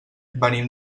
venim